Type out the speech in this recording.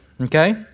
okay